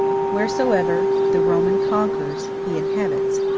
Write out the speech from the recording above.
wheresoever the roman conquers, he inhabits,